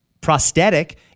prosthetic